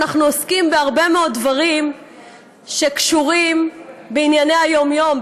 אנחנו עוסקים בהרבה מאוד דברים שקשורים לענייני היום-יום,